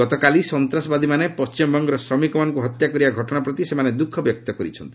ଗତକାଲି ସନ୍ତ୍ରାସବାଦୀମାନେ ପଣ୍ଟିମବଙ୍ଗର ଶ୍ରମିକମାନଙ୍କୁ ହତ୍ୟା କରିବା ଘଟଣା ପ୍ରତି ସେମାନେ ଦୁଃଖ ବ୍ୟକ୍ତ କରିଛନ୍ତି